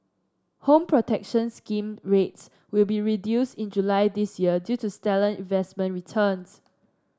Home Protection Scheme rates will be reduced in July this year due to stellar investment returns